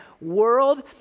world